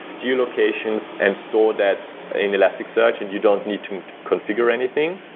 geo locations and store that in elasticsearch, and you don't need to configure anything.